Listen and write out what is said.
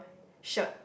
shirt